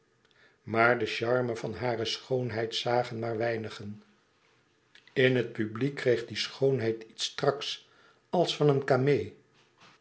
maar de charme van hare schoonheid zagen maar weinigen in het publiek kreeg die schoonheid iets straks als van een